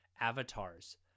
Avatar's